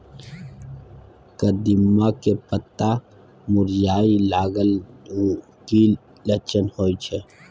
कदिम्मा के पत्ता मुरझाय लागल उ कि लक्षण होय छै?